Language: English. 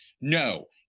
no